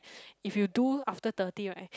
if you do after thirty right